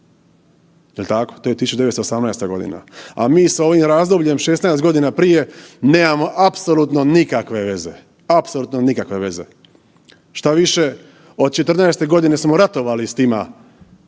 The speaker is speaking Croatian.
Jel tako? To je 1918. Godina, a mi sa ovim razdobljem 16 godina prije nemamo apsolutno nikakve veze, apsolutno nikakve veze, šta više od '14. Godine smo ratovali s njima